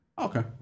Okay